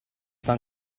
sono